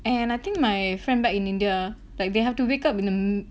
and I think my friend back in india like they have to wake up